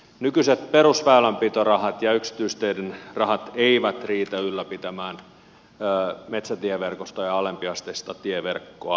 nykyiset perusväylänpitorahat ja yksityisteiden rahat eivät riitä ylläpitämään metsätieverkostoa ja alempiasteista tieverkkoa